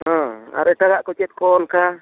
ᱟᱨ ᱮᱴᱟᱜᱟᱜ ᱠᱚ ᱪᱮᱫ ᱠᱚ ᱚᱱᱠᱟ